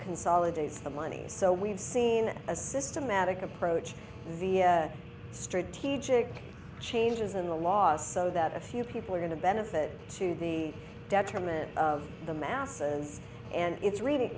consolidates the money so we've seen a systematic approach via strategic changes in the law so that a few people are going to benefit to the detriment of the masses and it's reading